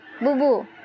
Bubu